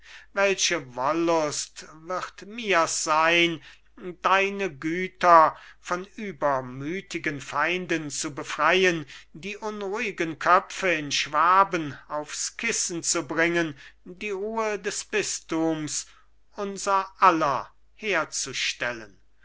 welche wollust wird mir's sein deine güter von übermütigen feinden zu befreien die unruhigen köpfe in schwaben aufs kissen zu bringen die ruhe des bistums unser aller herzustellen